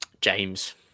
James